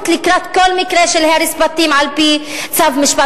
לקראת כל מקרה של הרס בתים על-פי צו בית-משפט.